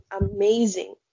amazing